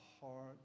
heart